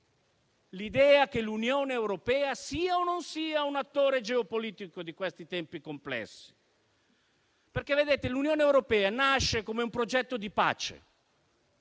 l'idea che l'Unione europea sia o non sia un attore geopolitico di questi tempi complessi. L'Unione europea, infatti, nasce come un progetto di pace,